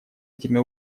этими